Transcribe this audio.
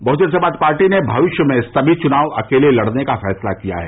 बहुजन Samaj party ने भविष्य में सभी चुनाव अकेले लड़ने का फैसला किया है